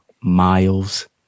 Miles